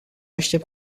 aștept